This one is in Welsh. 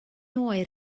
oer